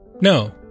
no